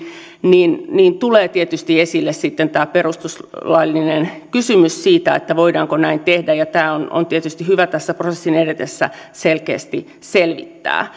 niin niin tulee tietysti esille tämä perustuslaillinen kysymys siitä voidaanko näin tehdä tämä on on tietysti hyvä tässä prosessin edetessä selkeästi selvittää